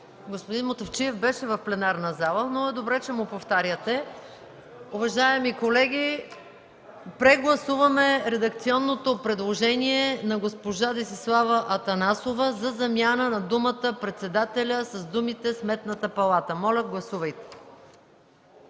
Господин Мутафчиев беше в пленарната зала, но е добре, че му повтаряте. Уважаеми колеги, прегласуваме редакционното предложение на госпожа Десислава Атанасова за замяна на думата „председателя” с думите „Сметната палата”. Моля, гласувайте.